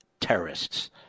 terrorists